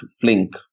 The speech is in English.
Flink